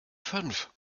fünf